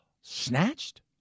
Snatched